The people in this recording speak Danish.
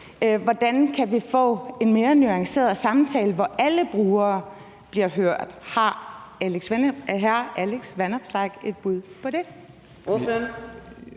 Hvordan kan vi få en mere nuanceret samtale, hvor alle brugere bliver hørt? Har hr. Alex Vanopslagh et bud på det?